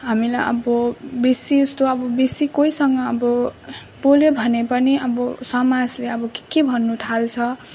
हामीलाई अब बेसी जस्तो अब बेसी कोहीसँग अब बोल्यो भने पनि अब सामाजले अब के के भन्नु थाल्छ